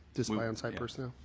just by on-site personnel.